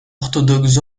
orthodoxes